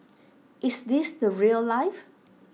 is this the rail life